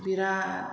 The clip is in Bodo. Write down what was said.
बिराद